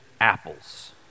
apples